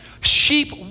sheep